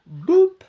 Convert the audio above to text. boop